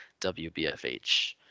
WBFH